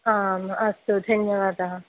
आम् अस्तु धन्यवादः